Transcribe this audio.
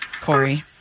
Corey